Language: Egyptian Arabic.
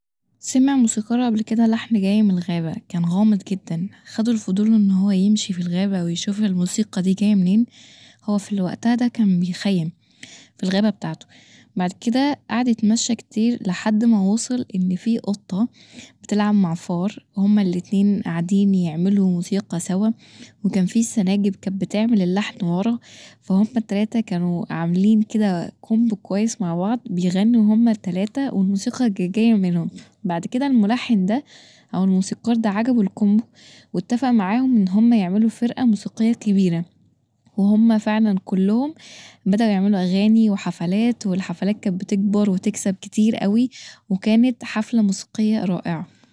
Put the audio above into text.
سمع موسيقار قبل كدا لحن جاي من غابة، كان غامض جدا خده الفضول ان هو يمشي في الغابه ويشوف الموسيقي دي جايه منين، هو في وقتها كان بيخيم في الغابه بتاعته، بعد كدا قعد يتمشي كتير لحد ما وصل ان فيه قطه بتلعب مع فار هما الاتنين قاعدين يعملوا موسيقي سوا وكان فيه السناجب بتعمل اللحن ورا فهما التلاته كانوا عاملين كدا كومبو كويس مع بعض بيغنوا هما التلاته والموسيقي جايه منهم، بعد كدا الملحن دا او الموسيقار عجبه الكومبو واتفق معاهم انهم يعملوا فرقه موسيقية كبيره وهما فعلا كلهم بدؤا يعملوا اغاتي وحفلات والحفلات كانت بتكبر وتكسب كتير اوي وكانت حفله موسيقيه رائعه.